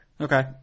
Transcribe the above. Okay